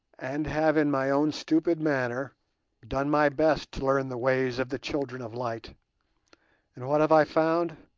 and have in my own stupid manner done my best to learn the ways of the children of light and what have i found?